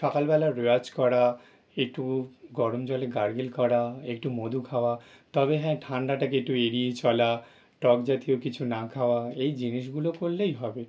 সকালবেলা রেওয়াজ করা একটু গরম জলে গারগেল করা একটু মধু খাওয়া তবে হ্যাঁ ঠান্ডাটাকে একটু এড়িয়ে চলা টক জাতীয় কিছু না খাওয়া এই জিনিসগুলো করলেই হবে